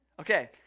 Okay